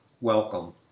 welcome